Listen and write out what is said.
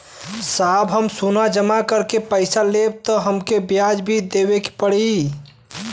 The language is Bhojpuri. साहब हम सोना जमा करके पैसा लेब त हमके ब्याज भी देवे के पड़ी?